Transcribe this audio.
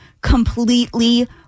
completely